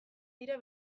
dira